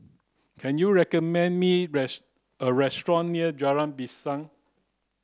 can you recommend me a restaurant near Jalan Pisang